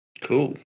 Cool